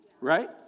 right